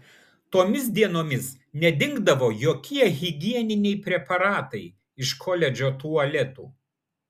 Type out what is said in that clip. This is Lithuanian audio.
tomis dienomis nedingdavo jokie higieniniai preparatai iš koledžo tualetų